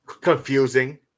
Confusing